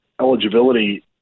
eligibility